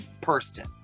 person